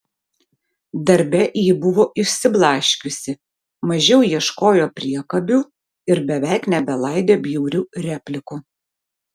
darbe ji buvo išsiblaškiusi mažiau ieškojo priekabių ir beveik nebelaidė bjaurių replikų